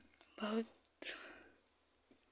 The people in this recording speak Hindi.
बहुत